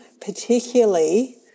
particularly